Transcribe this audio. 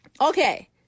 Okay